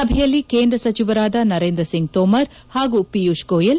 ಸಭೆಯಲ್ಲಿ ಕೇಂದ್ರ ಸಚಿವರಾದ ನರೇಂದ್ರಸಿಂಗ್ ತೋಮರ್ ಹಾಗೂ ಪಿಯೂಷ್ ಗೋಯಲ್